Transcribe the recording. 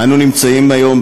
אנו נמצאים היום,